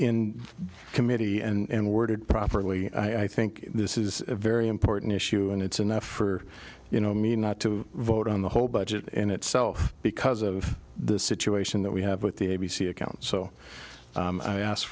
in committee and worded properly i think this is a very important issue and it's enough for you know me not to vote on the whole budget in itself because of the situation that we have with the a b c account so i ask